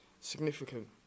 Significant